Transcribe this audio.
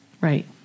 Right